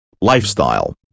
Lifestyle